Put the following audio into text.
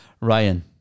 Ryan